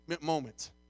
moment